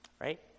right